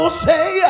say